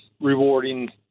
rewarding